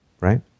Right